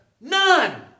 None